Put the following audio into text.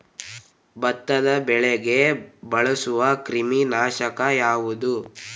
ಭತ್ತದ ಬೆಳೆಗೆ ಬಳಸುವ ಕ್ರಿಮಿ ನಾಶಕ ಯಾವುದು?